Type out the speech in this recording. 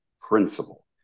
principle